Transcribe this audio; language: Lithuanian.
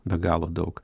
be galo daug